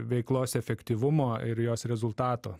veiklos efektyvumo ir jos rezultato